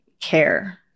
care